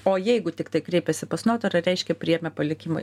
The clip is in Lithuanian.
o jeigu tiktai kreipiasi pas notarą reiškia priima palikimą